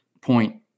point